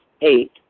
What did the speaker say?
Eight